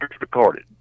recorded